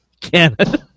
Canada